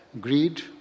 greed